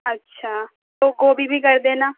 اچھا تو گوبھی بھی کر دینا